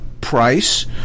price